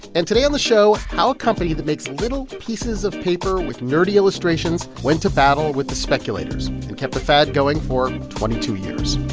and today on the show, how a company that makes little pieces of paper with nerdy illustrations went to battle with the speculators and kept a fad going for twenty two years